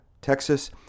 Texas